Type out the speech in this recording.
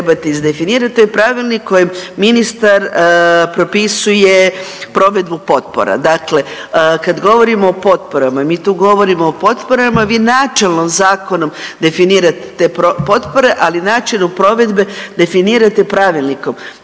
trebate izdefinirati. To je pravilnik kojim ministar propisuje provedbu potpora. Dakle, kad govorimo o potporama mi tu govorimo o potporama, vi načelno zakonom definirate potpore, ali načinu provedbe definirate pravilnikom.